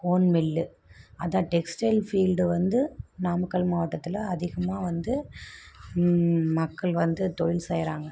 cone mill அதுதான் textile field வந்து நாமக்கல் மாவட்டத்தில் அதிகமாக வந்து மக்கள் வந்து தொழில் செய்கிறாங்க